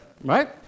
Right